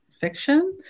fiction